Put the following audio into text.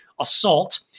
assault